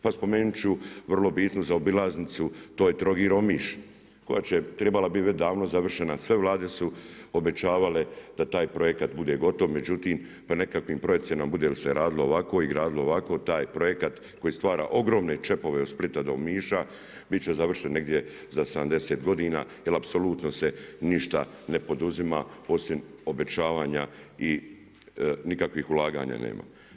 Pa spomenuti ću vrlo bitnu zaobilaznicu to je Trogir-Omiš koja je trebala biti već davno završena, sve Vlade su obećavale da taj projekat bude gotov međutim po nekakvim procjenama bude li se radilo ovako i gradilo ovako taj projekat koji stvara ogromne čepove od Splita do Omiša biti će završen negdje za 70 godina, jer apsolutno se ništa ne poduzima osim obećavanja i nikakvih ulaganja nema.